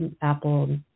Apple